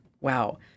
Wow